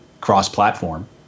cross-platform